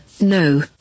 No